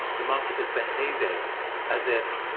the market is behaving as if,